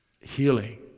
Healing